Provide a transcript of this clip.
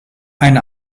ein